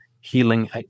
healing